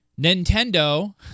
Nintendo